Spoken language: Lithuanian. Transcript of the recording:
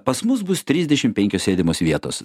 pas mus bus trisdešim penkios sėdimos vietos